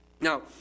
Now